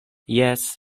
jes